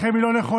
שדרככם לא נכונה.